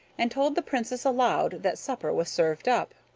and told the princess aloud that supper was served up.